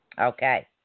okay